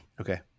Okay